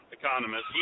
economist